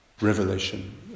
revelation